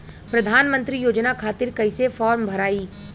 प्रधानमंत्री योजना खातिर कैसे फार्म भराई?